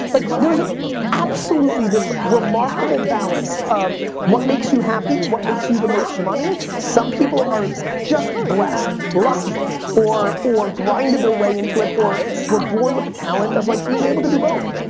like there's ah absolutely this remarkable balance of what makes you happy, what makes you the most money. some people are just blessed, lucky or or grind their way into it or were born with the talent of like being able to do both.